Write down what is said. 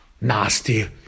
nasty